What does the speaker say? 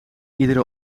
iedere